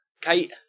Kate